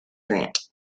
grant